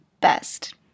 best